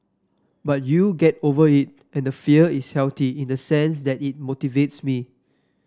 but you get over it and the fear is healthy in the sense that it motivates me